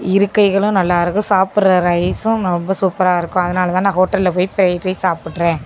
இருக்கைகளும் நல்லா இருக்கும் சாப்பிட்ற ரைஸும் ரொம்ப சூப்பராக இருக்கும் அதனால் தான் நான் ஹோட்டலில் போய் ஃப்ரைட் ரைஸ் சாப்பிட்றேன்